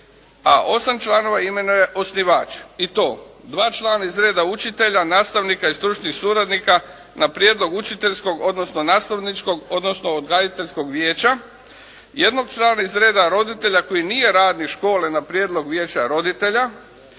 a osam članova imenuje osnivač, i to dva člana iz reda učitelja, nastavnika i stručnih suradnika na prijedlog učiteljskog odnosno nastavničko, odnosno odgajateljskog vijeća, jednog člana iz reda roditelja koji nije radnik škole na prijedlog vijeća roditelja